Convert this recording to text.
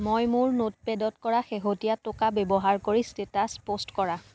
মই মোৰ নোটপেডত কৰা শেহতীয়া টোকা ব্যৱহাৰ কৰি ষ্টেটাচ পোষ্ট কৰা